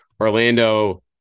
orlando